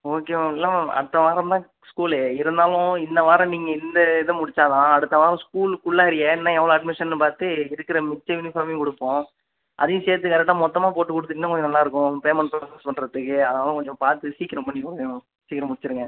okay ma'am இல்லை ma'am அடுத்த வாரம் தான் ஸ்கூலு இருந்தாலும் இந்த வாரம் நீங்கள் இந்த இதை முடிச்சால் தான் அடுத்த வாரம் ஸ்கூல் உள்ளாரையே இன்னும் எவ்வளோ அட்மிஷன்னு பார்த்து இருக்கிற மிச்ச யூனிஃபாமையும் கொடுப்போம் அதையும் சேர்த்து கரெக்டாக மொத்தமாக போட்டு கொடுத்தீங்கனா கொஞ்சம் நல்லாயிருக்கும் பேமெண்ட்டும் அட்ஜஸ் பண்ணுறதுக்கு அதனால் கொஞ்சம் பார்த்து சீக்கரம் பண்ணி கொடுங்க மேம் சீக்கரம் முடிச்சுருங்க